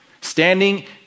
standing